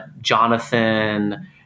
Jonathan